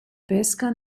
pesca